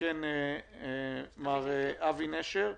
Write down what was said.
אבי נשר,